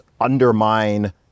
undermine